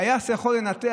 טייס יכול לנתח?